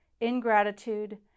ingratitude